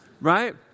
Right